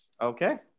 Okay